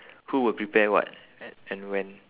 who will prepare what and when